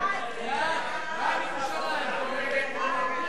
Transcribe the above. הכללת ירושלים בהגדרת אזור סיוע),